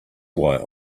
why